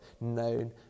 known